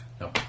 No